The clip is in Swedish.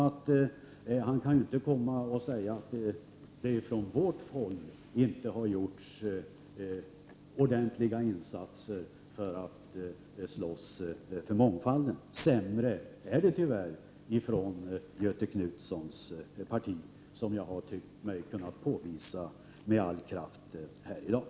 Han kan alltså inte komma och säga att det från vårt håll inte har gjorts ordentliga insatser när det gäller att slåss för mångfalden. Det är tyvärr sämre med Göthe Knutsons parti, som jag har tyckt mig kunna påvisa här i dag.